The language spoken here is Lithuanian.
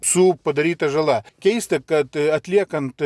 su padaryta žala keista kad atliekant